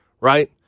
right